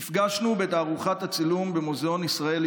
נפגשנו בתערוכת הצילום במוזיאון ישראל,